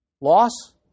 Loss